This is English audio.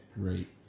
great